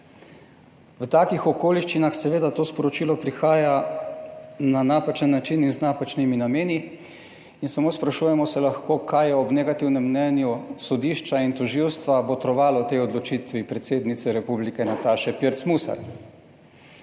V takih okoliščinah seveda to sporočilo prihaja na napačen način in z napačnimi nameni, in samo sprašujemo se lahko, kaj je ob negativnem mnenju sodišča in tožilstva botrovalo tej odločitvi predsednice republike Nataše Pirc Musar.